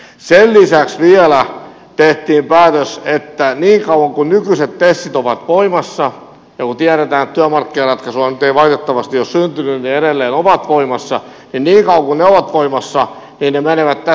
sen lisäksi vielä tehtiin päätös että niin kauan kuin nykyiset tesit ovat voimassa ja kun tiedetään että työmarkkinaratkaisua nyt ei valitettavasti ole syntynyt ne edelleen ovat voimassa ne menevät tässä kohtaa lain edelle